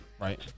right